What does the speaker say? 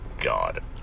God